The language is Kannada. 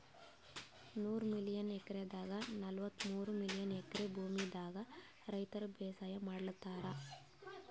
ನೂರ್ ಮಿಲಿಯನ್ ಎಕ್ರೆದಾಗ್ ನಲ್ವತ್ತಮೂರ್ ಮಿಲಿಯನ್ ಎಕ್ರೆ ಭೂಮಿದಾಗ್ ರೈತರ್ ಬೇಸಾಯ್ ಮಾಡ್ಲತಾರ್